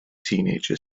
teenager